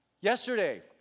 Yesterday